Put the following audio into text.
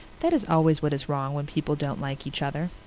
that is always what is wrong when people don't like each other.